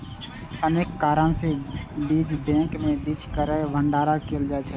अनेक कारण सं बीज बैंक मे बीज केर भंडारण कैल जाइ छै